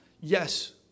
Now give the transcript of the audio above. Yes